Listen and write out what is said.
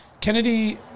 Kennedy